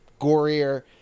gorier